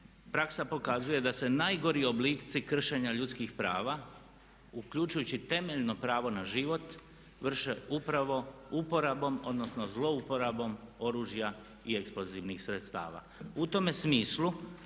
praksa pokazuje da se najgori oblici kršenja ljudskih prava uključujući temeljno pravo na život vrše upravo uporabom, odnosno zlouporabom oružja i eksplozivnih sredstava. U tome smislu